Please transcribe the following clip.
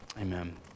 amen